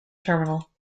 terminal